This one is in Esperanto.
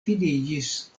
finiĝis